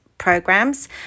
programs